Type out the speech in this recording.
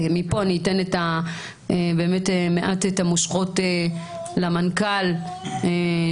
ופה אני אתן את המושכות למנכ"ל שלי,